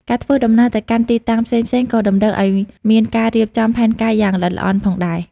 ការធ្វើដំណើរទៅកាន់ទីតាំងផ្សេងៗក៏តម្រូវឱ្យមានការរៀបចំផែនការយ៉ាងល្អិតល្អន់ផងដែរ។